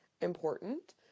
important